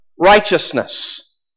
righteousness